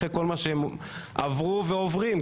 אחרי כל מה שהם עברו ועוברים,